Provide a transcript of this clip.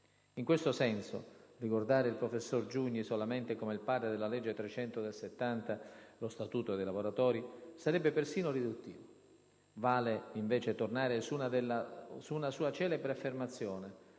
In questo senso, ricordare il professor Giugni solamente come il padre della legge n. 300 del 1970, lo Statuto dei lavoratori, sarebbe persino riduttivo. Vale invece tornare su una sua celebre affermazione,